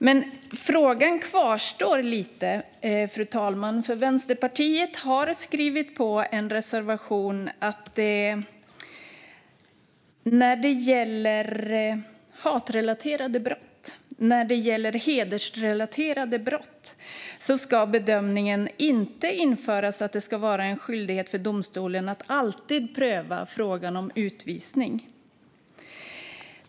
Men frågan kvarstår lite, fru talman, för Vänsterpartiet har skrivit i en reservation om hedersrelaterade brott och hatbrott att det inte bör införas en skyldighet för domstolen att alltid pröva frågan om utvisning.